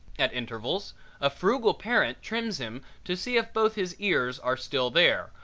at intervals a frugal parent trims him to see if both his ears are still there,